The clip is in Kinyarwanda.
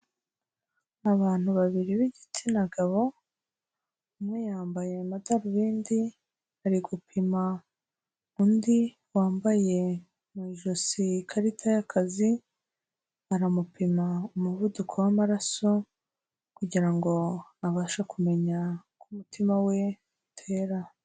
Abantu babiri b'igitsina gabo, umwe yambaye amadarubindi ari gupima undi wambaye mu ijosi ikarita y'akazi, aramupima umuvuduko w'amaraso kugira ngo abashe kumenya uko umutima we utera.